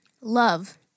Love